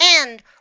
And